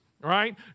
right